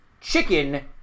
chicken